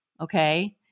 Okay